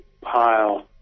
pile